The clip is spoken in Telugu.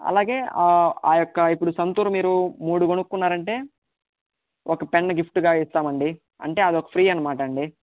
అలాగే ఆ ఆ యొక్క ఇప్పుడు సంతూర్ మీరు మూడు కొనుక్కున్నారంటే ఒక పెన్ను గిఫ్ట్గా ఇస్తామండి అంటే అది ఒక ఫ్రీ అన్నమాటండి